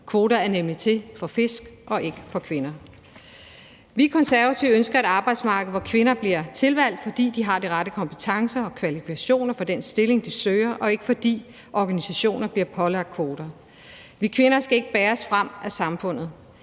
kvoter er nemlig til for fisk og ikke for kvinder. Vi Konservative ønsker et arbejdsmarked, hvor kvinder bliver tilvalgt, fordi de har de rette kompetencer og kvalifikationer for den stilling, de søger, og ikke fordi organisationer bliver pålagt kvoter. Vi kvinder skal ikke bæres frem af samfundet.